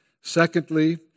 Secondly